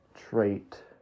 trait